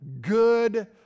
good